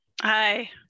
Hi